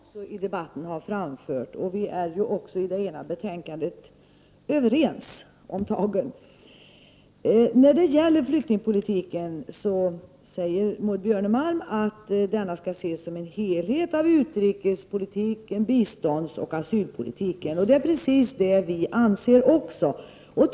Herr talman! Utskottsmajoritetens företrädare har framfört många synpunkter som överensstämmer med de åsikter jag har fört fram i debatten. Vi är också överens när det gäller det ena betänkandet. När det gäller flyktingpolitiken säger Maud Björnemalm att denna skall ses som en del i helheten utrikespolitik, biståndspolitik och asylpolitik. Det är precis vad också vi anser.